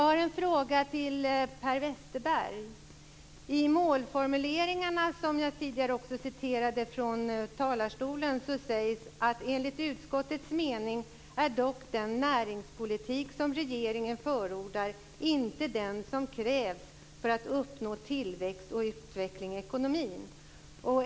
Per Westerberg, i de målformuleringar som jag tidigare i talarstolen citerade ur sägs det: Enligt utskottets mening är dock den näringspolitik som regeringen förordar inte den som krävs för att uppnå tillväxt och utveckling i ekonomin.